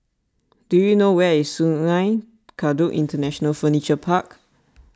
do you know where is Sungei Kadut International Furniture Park